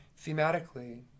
Thematically